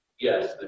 Yes